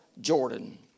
Jordan